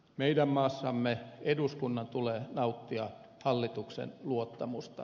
meidän maassamme eduskunnan tulee nauttia hallituksen luottamusta